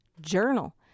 journal